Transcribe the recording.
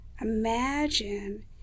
Imagine